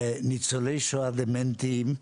ניצולי שואה דמנטיים מוחרגים,